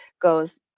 goes